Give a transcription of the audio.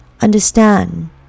understand